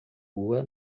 rua